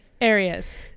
areas